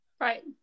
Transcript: Right